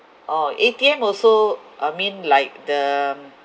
orh A_T_M also I mean like the